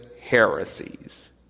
heresies